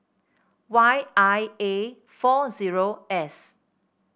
Y I A four zero S